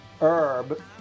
herb